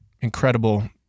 incredible